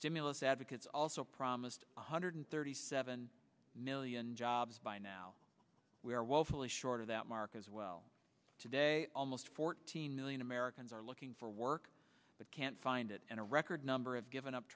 stimulus advocates also promised one hundred thirty seven million jobs by now we are woefully short of that mark as well today almost fourteen million americans are looking for work but can't find it in a record number of given up